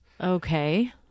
okay